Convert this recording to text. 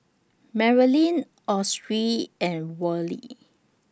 Merilyn Autry and Worley